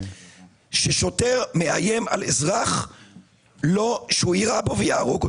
שוטר שמאיים על האזרח שהוא יירה בו ויהרוג אותו.